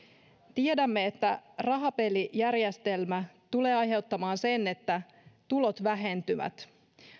tiedämme että rahapelijärjestelmä tulee aiheuttamaan sen että tulot vähentyvät